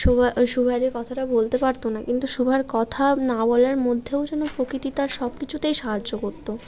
সুভা সুভা যে কথাটা বলতে পারতো না কিন্তু সুভার কথা না বলার মধ্যেও যেন প্রকৃতি তার সব কিছুতেই সাহায্য করত